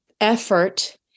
effort